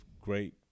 great